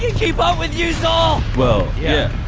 keep up with yous all well, yeah